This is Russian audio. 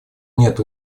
нет